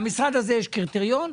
למשרד הזה יש קריטריון,